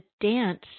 dance